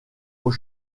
aux